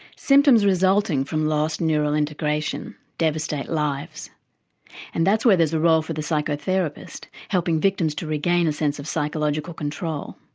symptoms resulting from lost neural integration devastate lives and that's where there's a role for the psychotherapist, helping victims to regain a sense of psychological control.